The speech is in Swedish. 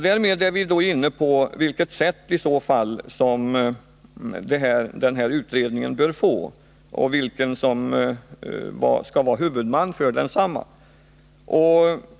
Därmed är vi inne på hur denna utredning i så fall bör utformas och vem som skall vara huvudman för densamma.